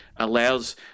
Allows